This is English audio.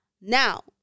now